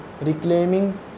reclaiming